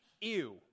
ew